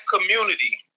community